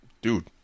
Dude